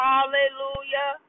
Hallelujah